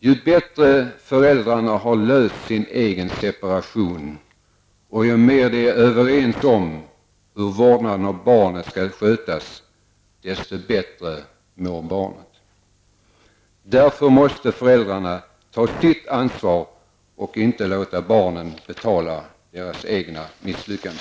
Ju bättre föräldrarna har löst sin egen separation och ju mer de är överens om hur vårdnaden av barnet skall skötas, desto bättre mår barnen. Därför måste föräldrarna ta sitt ansvar och inte låta barnen betala deras egna misslyckande.